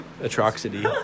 Atrocity